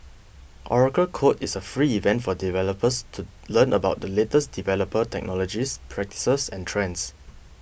Oracle Code is a free event for developers to learn about the latest developer technologies practices and trends